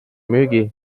müügi